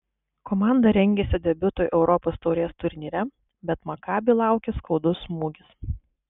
komanda rengėsi debiutui europos taurės turnyre bet makabi laukė skaudus smūgis